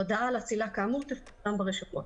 הודעה על אצילה כאמור תפורסם ברשומות.